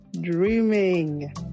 dreaming